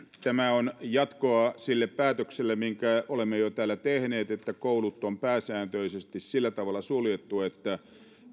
tämä on jatkoa sille päätökselle minkä olemme jo täällä tehneet että koulut on pääsääntöisesti sillä tavalla suljettu että